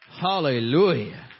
Hallelujah